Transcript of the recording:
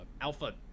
Alpha